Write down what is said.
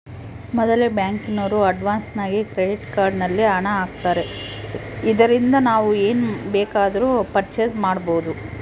ಮೊದಲೆ ಬ್ಯಾಂಕಿನೋರು ಅಡ್ವಾನ್ಸಾಗಿ ಕ್ರೆಡಿಟ್ ಕಾರ್ಡ್ ನಲ್ಲಿ ಹಣ ಆಗ್ತಾರೆ ಇದರಿಂದ ನಾವು ಏನ್ ಬೇಕಾದರೂ ಪರ್ಚೇಸ್ ಮಾಡ್ಬಬೊದು